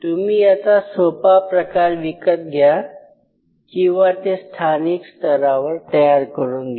तुम्ही याचा सोपा प्रकार विकत घ्या किंवा ते स्थानिक स्तरावर तयार करून घ्या